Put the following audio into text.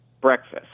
breakfast